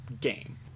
game